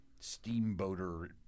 steamboater